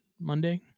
Monday